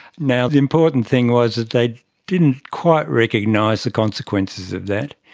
now, the important thing was that they didn't quite recognise the consequences of that,